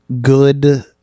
good